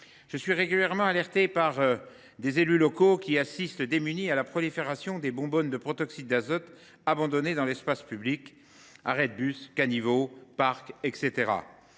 Je suis régulièrement alerté par des élus locaux qui assistent, démunis, à la prolifération de bonbonnes de protoxyde d’azote abandonnées dans l’espace public, à des arrêts de bus, dans des caniveaux